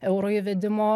euro įvedimo